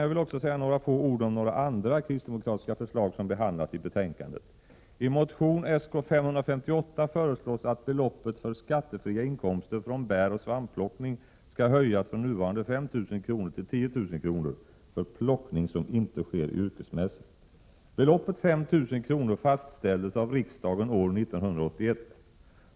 Jag vill också säga några få ord om några andra kristdemokratiska förslag som behandlas i betänkandet. I motion Sk558 föreslås att beloppet för skattefria inkomster från bäroch svampplockning skall höjas från nuvarande 5 000 kr. till 10 000 kr. för plockning som inte sker yrkesmässigt. Beloppet 5 000 kr. fastställdes av riksdagen år 1981.